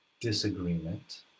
disagreement